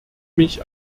mich